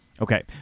okay